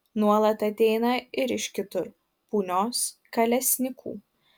nuolat ateina ir iš kitur punios kalesnykų